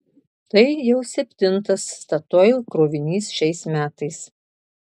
tai jau septintas statoil krovinys šiais metais